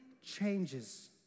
changes